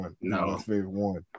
No